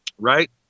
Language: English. right